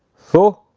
so,